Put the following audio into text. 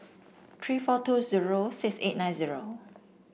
three four two zero six eight nine zero